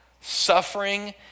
suffering